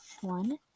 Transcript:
one